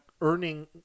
earning